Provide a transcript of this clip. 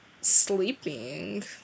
Sleeping